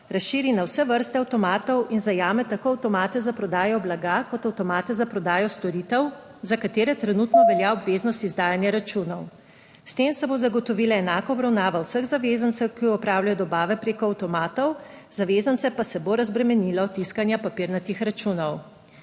razširi na vse vrste avtomatov in zajame tako avtomate za prodajo blaga kot avtomate za prodajo storitev, za katere trenutno velja obveznost izdajanja računov. S tem se bo zagotovila enaka obravnava vseh zavezancev, ki opravljajo dobave preko avtomatov, zavezance pa se bo razbremenilo tiskanja papirnatih računov.